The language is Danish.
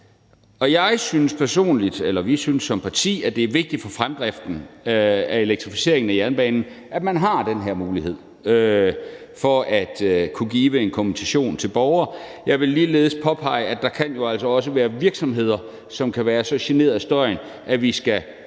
vi har store udfordringer. Og vi synes som parti, at det er vigtigt for fremdriften af elektrificeringen af jernbanen, at man har den her mulighed for at kunne give en kompensation til borgere. Jeg vil ligeledes påpege, at der jo altså også kan være virksomheder, som kan være så generet af støjen, at vi enten